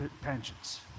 pensions